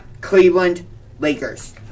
Cleveland-Lakers